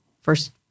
first